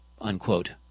unquote